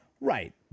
Right